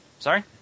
Sorry